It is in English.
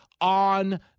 on